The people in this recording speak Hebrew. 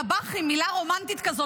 לב"חים, מילה רומנטית כזאת.